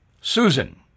Susan